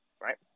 right